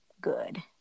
good